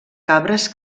cabres